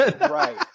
right